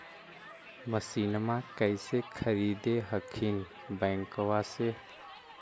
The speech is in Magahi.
मसिनमा कैसे खरीदे हखिन बैंकबा से?